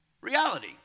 Reality